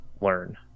learn